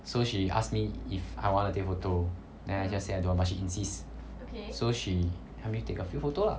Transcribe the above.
so she asked me if I want to take photo then I just say I don't want but she insists so she help me take a few photo lah